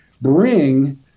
bring